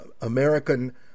American